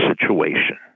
situation